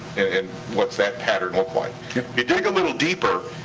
and what's that pattern look like? you dig a little deeper,